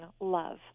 love